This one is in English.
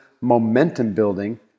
momentum-building